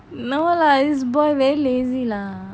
no lah this boy very lazy lah